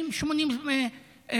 70 80 בוגרים.